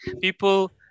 people